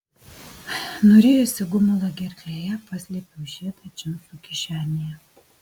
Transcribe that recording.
nurijusi gumulą gerklėje paslėpiau žiedą džinsų kišenėje